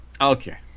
Okay